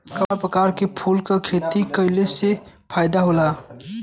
कवना प्रकार के फूल के खेती कइला से ज्यादा फायदा होला?